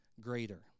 greater